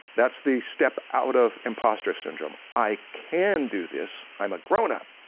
that's the step out of imposter syndrome, i can do this, i'm a grown-up!